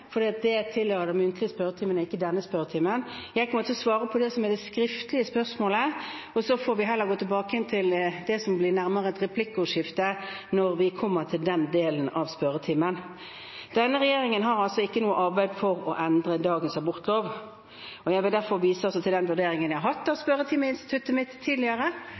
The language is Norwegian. det tilhører den muntlige spørretimen og ikke denne spørretimen. Jeg kommer til å svare på det som er det skriftlige spørsmålet, og så får vi heller gå tilbake til det som er nærmere et replikkordskifte når vi kommer til den delen av spørretimen. Denne regjeringen har altså ikke noe arbeid i gang for å endre dagens abortlov. Jeg vil derfor vise til den vurderingen jeg har hatt av